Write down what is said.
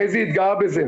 חזי התגאה בזה,